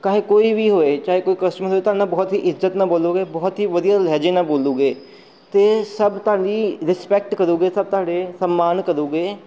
ਚਾਹੇ ਕੋਈ ਵੀ ਹੋਏ ਚਾਹੇ ਕੋਈ ਕਸਟਮਰ ਹੋਏ ਤੁਹਾਡੇ ਨਾਲ ਬਹੁਤ ਹੀ ਇੱਜ਼ਤ ਨਾ ਬੋਲੂਗੇ ਬਹੁਤ ਹੀ ਵਧੀਆ ਲਹਿਜੇ ਨਾਲ ਬੋਲੂਗੇ ਅਤੇ ਸਭ ਤੁਹਾਡੀ ਰਿਸਪੈਕਟ ਕਰੂਗੇ ਸਭ ਤੁਹਾਡੇ ਸਨਮਾਨ ਕਰੂਗੇ